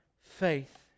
faith